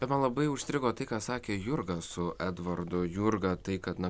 bet man labai užstrigo tai ką sakė jurga su edvardu jurga tai kad na